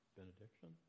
benediction